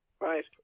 Right